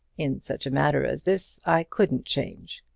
in such a matter as this i couldn't change.